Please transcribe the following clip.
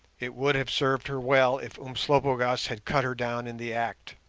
it would have served her well if umslopogaas had cut her down in the act